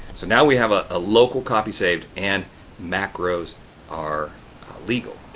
so now we have a ah local copy saved and macros are legal.